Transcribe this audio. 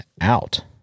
out